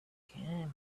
camel